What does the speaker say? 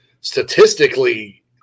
statistically